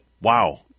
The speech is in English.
Wow